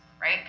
right